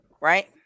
Right